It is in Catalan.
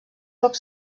poc